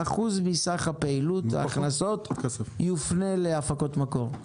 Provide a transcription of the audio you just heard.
אחוז מסך ההכנסות יופנה להפקות מקור.